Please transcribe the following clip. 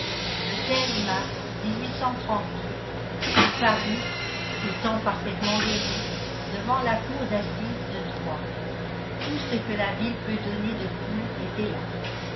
le mars il parut étant parfaitement guéri devant la cour d'assises de troyes tout ce que la ville peut donner de foule était là